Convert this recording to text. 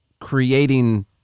creating